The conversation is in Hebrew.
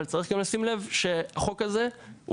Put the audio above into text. אבל צריך גם לשים לב שהחוק הזה הוא